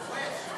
פורש.